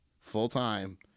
full-time